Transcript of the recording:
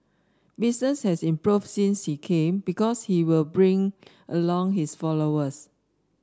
business has improved since he came because he'll bring along his followers